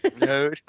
No